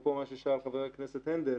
אפרופו מה ששאל חבר הכנסת הנדל